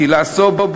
את הילה סובול,